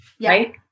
right